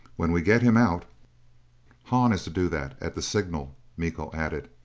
when we get him out hahn is to do that, at the signal. miko added,